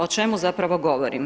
O čemu zapravo govorim?